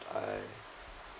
I